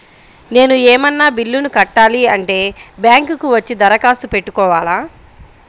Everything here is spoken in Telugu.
నేను ఏమన్నా బిల్లును కట్టాలి అంటే బ్యాంకు కు వచ్చి దరఖాస్తు పెట్టుకోవాలా?